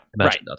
right